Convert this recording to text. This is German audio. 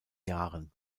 jahren